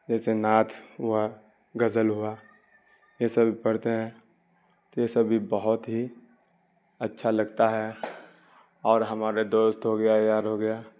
جیسے نعت ہوا غزل ہوا یہ سب بھی پڑھتے ہیں تو یہ سب بھی بہت ہی اچھا لگتا ہے اور ہمارے دوست ہو گیا یار ہو گیا